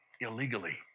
illegally